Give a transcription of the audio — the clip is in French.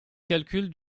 calcul